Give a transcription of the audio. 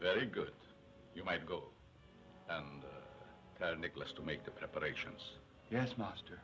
very good you might go and nicholas to make the preparations yes master